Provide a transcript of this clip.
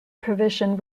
provision